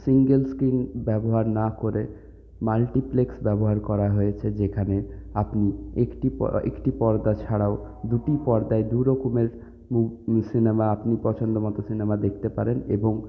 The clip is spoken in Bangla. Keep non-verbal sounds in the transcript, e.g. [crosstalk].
সিঙ্গল স্ক্রিন ব্যবহার না করে মাল্টিপ্লেক্স ব্যবহার করা হয়েছে যেখানে আপনি একটি [unintelligible] একটি পর্দা ছাড়াও দুটি পর্দায় দুরকমের সিনেমা আপনি পছন্দের মতো সিনেমা দেখতে পারেন এবং